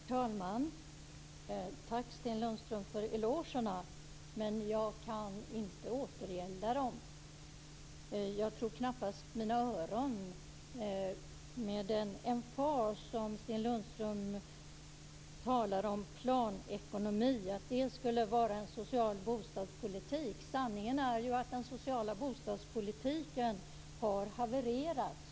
Herr talman! Tack, Sten Lundström, för elogerna. Jag kan inte återgälda dem. Jag tror knappast mina öron när jag hör Sten Lundström med sådan emfas tala om att planekonomi skulle vara en social bostadspolitik. Sanningen är att den sociala bostadspolitiken har havererat.